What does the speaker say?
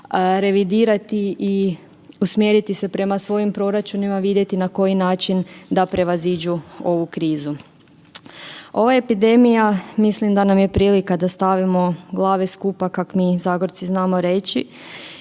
revidirati i usmjeriti se prema svojim proračunima i vidjeti na koji način da prevaziđu ovu krizu. Ova epidemija mislim da nam je prilika da stavimo glave skupa, kak mi Zagorci znamo reći